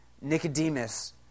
Nicodemus